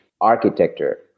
architecture